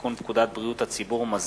הצעת חוק לתיקון פקודת בריאות הציבור (מזון)